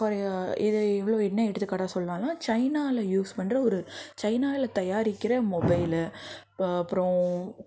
for a இதை இவ்வளோ என்ன எடுத்துக்காட்டாக சொல்லாம்னா சைனாவில யூஸ் பண்ணுற ஒரு சைனாவில தயாரிக்கின்ற மொபைலு அப்புறோம்